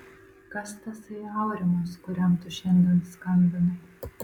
kas tasai aurimas kuriam tu šiandien skambinai